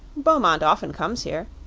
beaumont often comes here.